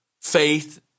faith